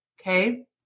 Okay